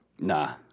Nah